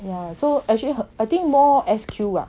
yeah so actually I think more S_Q ah